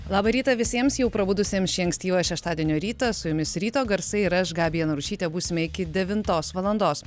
labą rytą visiems jau prabudusiems šį ankstyvą šeštadienio rytą su jumis ryto garsai ir aš gabija narušytė būsime iki devintos valandos